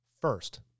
first